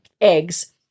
eggs